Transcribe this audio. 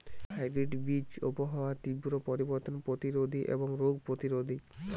hybrid বীজ আবহাওয়ার তীব্র পরিবর্তন প্রতিরোধী এবং রোগ প্রতিরোধী